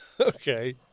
Okay